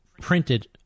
printed